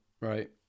right